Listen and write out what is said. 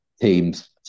teams